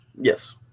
Yes